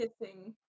kissing